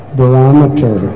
barometer